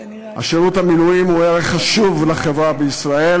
שירות המילואים הוא ערך חשוב לחברה בישראל,